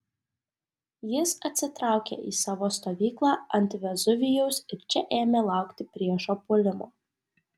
jis atsitraukė į savo stovyklą ant vezuvijaus ir čia ėmė laukti priešo puolimo